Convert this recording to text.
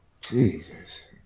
Jesus